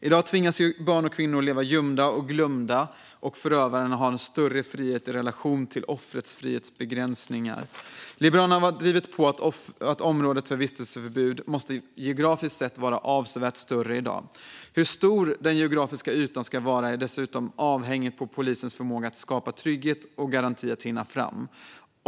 I dag tvingas barn och kvinnor leva gömda och glömda, och förövaren har större frihet i relation till offrets frihetsbegränsningar. Liberalerna har drivit på för att området för vistelseförbud geografiskt sett måste vara avsevärt större än i dag. Hur stor den geografiska ytan ska vara är dessutom avhängigt av polisens förmåga att skapa trygghet och ge garantier för att hinna fram.